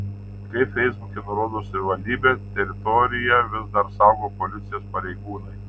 kaip feisbuke nurodo savivaldybė teritoriją vis dar saugo policijos pareigūnai